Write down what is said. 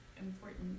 important